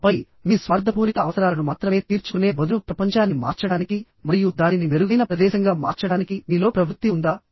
ఆపై మీ స్వార్థపూరిత అవసరాలను మాత్రమే తీర్చుకునే బదులు ప్రపంచాన్ని మార్చడానికి మరియు దానిని మెరుగైన ప్రదేశంగా మార్చడానికి మీలో ప్రవృత్తి ఉందా